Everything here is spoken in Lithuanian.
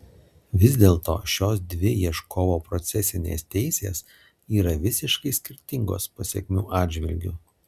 vis dėlto šios dvi ieškovo procesinės teisės yra visiškai skirtingos pasekmių atžvilgiu